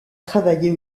travailler